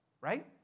right